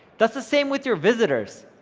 that's the same with your visitors.